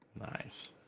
Nice